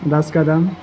دس کدم